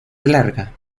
larga